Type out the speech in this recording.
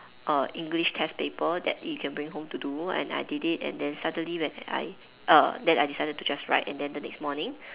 a English test paper that you can bring home to do and I did it and then suddenly when I (err)then I decided to just write and then the next morning